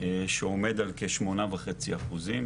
שעומד על כ-8.5%.